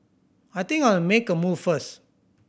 I think I'll make a move first